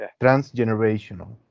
Transgenerational